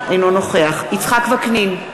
אינו נוכח יצחק וקנין,